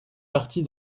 partie